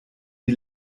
die